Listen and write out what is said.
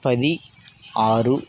పది ఆరు